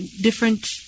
different